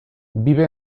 vive